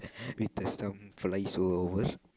with the some flies over